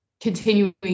continuing